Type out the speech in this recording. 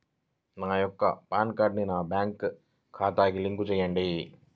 నా యొక్క పాన్ కార్డ్ని నా బ్యాంక్ ఖాతాకి లింక్ చెయ్యండి?